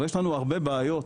אבל יש הרבה בעיות.